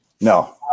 No